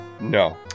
No